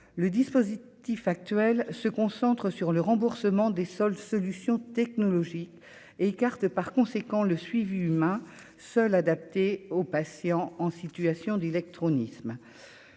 le dispositif actuelle se concentre sur le remboursement des seules solutions technologiques et écarte par conséquent le suivi humain seul adapté aux patients en situation d'électronique